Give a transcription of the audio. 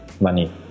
money